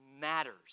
matters